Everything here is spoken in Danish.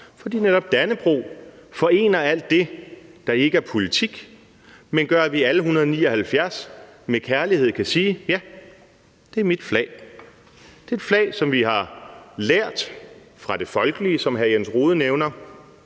netop dannebrog forener alt det, der ikke er politik, men det gør, at vi alle 179 med kærlighed kan sige: Ja, det er mit flag. Det er et flag, som vi har lært at kende fra det folkelige, som hr. Jens Rohde nævnte,